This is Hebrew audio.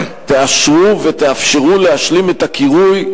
תאשרו ותאפשרו להשלים את הקירוי.